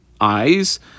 eyes